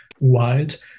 Wild